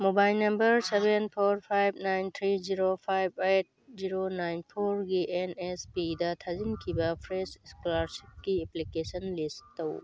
mobile number seven four five nine three zero five eight zero nine ꯐꯣꯔꯒꯤ N S ꯄꯤꯗ ꯊꯥꯖꯤꯟꯈꯤꯕ fresh ꯏꯁꯀꯣꯂꯔꯁꯤꯞꯀꯤ application ꯂꯤꯁ ꯇꯧ